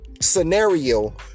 scenario